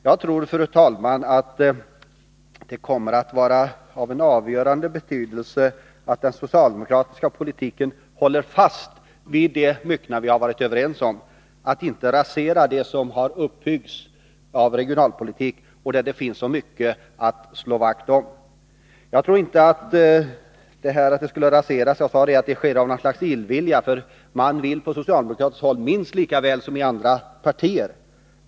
Det är, fru talman, avgörande att socialdemokraterna håller fast vid det myckna vi har varit överens om, så att inte det som byggts upp inom regionalpolitiken raseras. Där finns det ju som mycket att slå vakt om. Man vill på socialdemokratiskt håll minst lika mycket som på andra politiska håll bevara det som byggts upp.